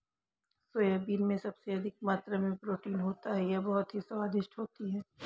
soybean में सबसे अधिक मात्रा में प्रोटीन होता है यह बहुत ही स्वादिष्ट होती हैं